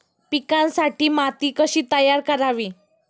पिकांसाठी माती कशी तयार करावी?